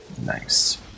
Nice